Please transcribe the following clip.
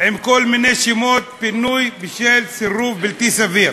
כל מיני שמות: פינוי בשל סירוב בלתי סביר?